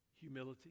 humility